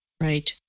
right